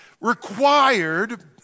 required